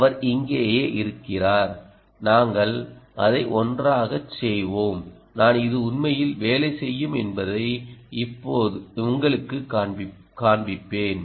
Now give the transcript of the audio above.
அவர் இங்கேயே இருக்கிறார் நாங்கள் அதை ஒன்றாகச் செய்வோம் நான் இது உண்மையில் வேலை செய்யும் என்பதைஉங்களுக்குக் காண்பிப்பேன்